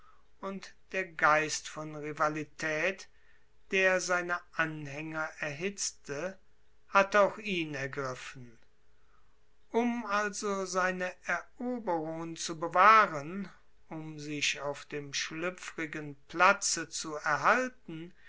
und der geist von rivalität der seine anhänger erhitzte hatte auch ihn ergriffen um also seine eroberungen zu bewahren um sich auf dem schlüpfrigen platze zu erhalten